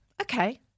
Okay